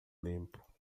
limpo